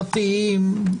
פרטיים?